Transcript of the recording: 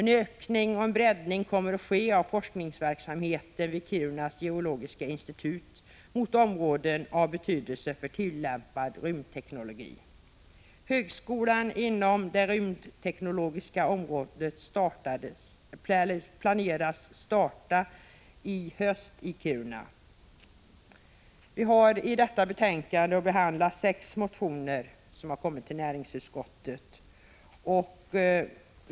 En ökning och breddning kommer att ske av forskningsverksamheten vid Kirunas geologiska institut mot områden av betydelse för tillämpad rymdteknologi. Högskoleutbildning inom det rymdteknologiska området planeras starta i Kiruna till hösten. Sex motioner behandlas i detta betänkande.